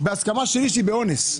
בהסכמה שלי שהיא באונס.